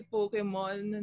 Pokemon